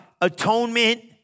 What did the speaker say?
atonement